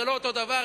זה לא אותו דבר,